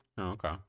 Okay